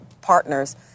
partners